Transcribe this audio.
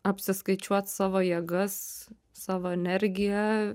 apsiskaičiuot savo jėgas savo energiją